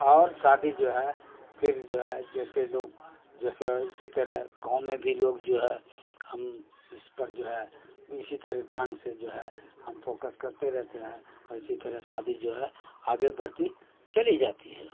اور شادی جو ہے پھر جو ہے جیسے لوگ جیسے اسی طرح گاؤں میں بھی لوگ جو ہے ہم اس پر جو ہے اسی طرح ڈھنگ سے جو ہے ہم فوکس کرتے رہتے ہیں اور اسی طرح شادی جو ہے آگے بڑھتی چلی جاتی ہے